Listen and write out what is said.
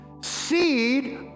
seed